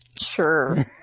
sure